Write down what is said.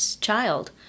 child